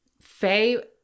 Faye